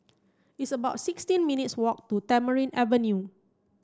it's about sixty minutes' walk to Tamarind Avenue